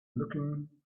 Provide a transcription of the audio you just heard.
looking